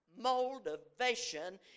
motivation